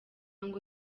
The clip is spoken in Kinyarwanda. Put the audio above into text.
ngo